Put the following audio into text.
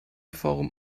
forum